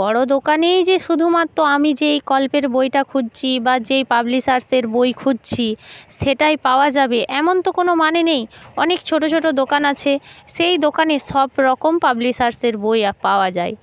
বড়ো দোকানেই যে শুধুমাত্র আমি যেই গল্পের বইটা খুঁজছি বা যেই পাবলিশার্সের বই খুঁজছি সেটাই পাওয়া যাবে এমন তো কোনো মানে নেই অনেক ছোটো ছোটো দোকান আছে সেই দোকানে সব রকম পাবলিশার্সের বই পাওয়া যায়